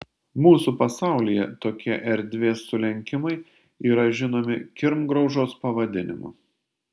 mūsų pasaulyje tokie erdvės sulenkimai yra žinomi kirmgraužos pavadinimu